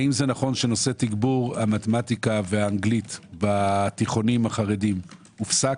האם זה נכון שנושא תגבור המתמטיקה והאנגלית בתיכונים החרדים הופסק?